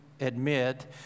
admit